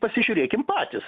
pasižiūrėkim patys